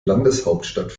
landeshauptstadt